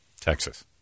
Texas